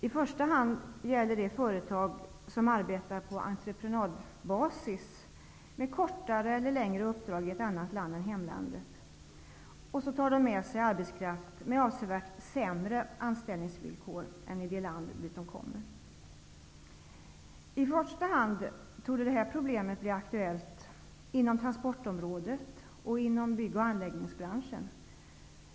I första hand gäller det företag som arbetar på entreprenadbasis med kortare eller längre uppdrag i ett annat land än hemlandet och som då tar med sig arbetskraft med avsevärt sämre anställningsvillkor än vad som förekommer i det land de kommer till. I första hand torde detta problem bli aktuellt inom transportområdet och inom bygg och anläggningsbranschen.